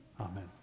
Amen